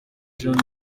jane